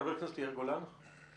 חבר הכנסת יאיר גולן, בבקשה.